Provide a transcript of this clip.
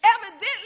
Evidently